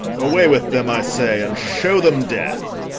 away with them, i say, and shew them death!